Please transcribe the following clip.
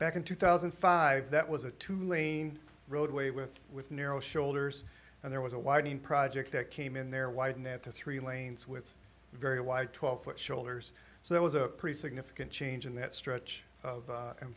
back in two thousand and five that was a two lane road way with with narrow shoulders and there was a widening project that came in there wide net to three lanes with very wide twelve foot shoulders so there was a pretty significant change in that stretch of